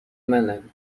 منن